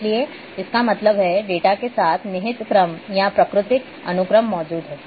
इसलिए इसका मतलब है डेटा के साथ निहित क्रम या प्राकृतिक अनुक्रम मौजूद है